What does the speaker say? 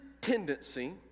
tendency